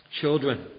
Children